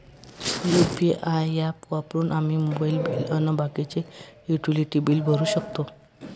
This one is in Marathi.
यू.पी.आय ॲप वापरून आम्ही मोबाईल बिल अन बाकीचे युटिलिटी बिल भरू शकतो